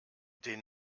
den